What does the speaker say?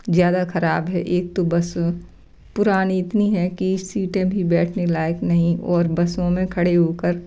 ज़्यादा ख़राब है एक तो बस पुरानी इतनी है कि सीटें भी बैठने लायक नहीं और बसों में खड़े हो कर